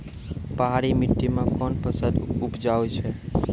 पहाड़ी मिट्टी मैं कौन फसल उपजाऊ छ?